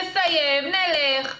נסיים ונלך.